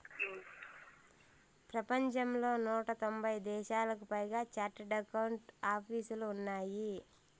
ప్రపంచంలో నూట తొంభై దేశాలకు పైగా చార్టెడ్ అకౌంట్ ఆపీసులు ఉన్నాయి